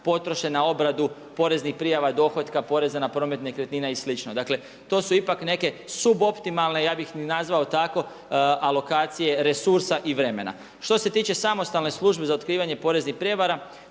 potroše na obradu poreznih prijava, dohotka, porez na promet nekretnina i slično. Dakle, to su ipak neke suboptimalne, ja bi ih nazvalo tako alokacije resursa i vremena. Što se tiče samostalne službe za otkrivanje poreznih prijevara